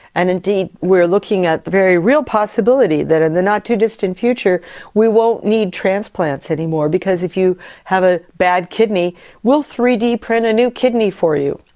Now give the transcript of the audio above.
and indeed, we are looking at the very real possibility that in the not too distant future we won't need transplants anymore because if you have a bad kidney we will three d print a new kidney for you.